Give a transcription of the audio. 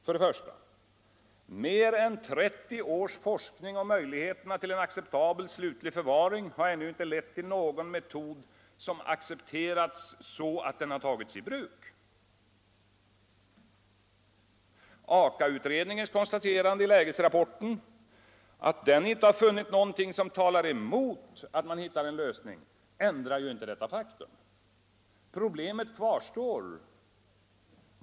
För det första: mer än 30 års forskning om möjligheterna till en acceptabel slutlig förvaring har ännu inte lett till någon metod som accepterats så att den tagits i bruk. AKA-utredningens konstaterande i lägesrapporten att den inte funnit något som talar emot att man hittar en lösning ändrar inte detta faktum. Problemen kvarstår.